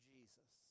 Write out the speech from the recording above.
Jesus